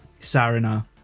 Sarina